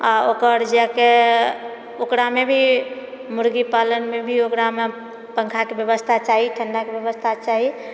आ ओकर जाकऽ ओकरामे भी मुर्गी पालनमे भी ओकरामे पङ्खाके व्यवस्था चाही ठण्डाके व्यवस्था चाही